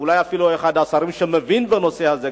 ואולי הוא אפילו אחד השרים שמבינים בנושא הזה,